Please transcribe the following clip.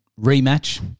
rematch